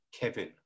Kevin